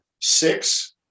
six